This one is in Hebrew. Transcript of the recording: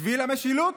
בשביל המשילות,